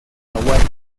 hawaii